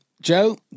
Joe